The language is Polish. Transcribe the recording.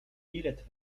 bilet